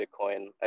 Bitcoin